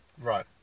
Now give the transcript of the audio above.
Right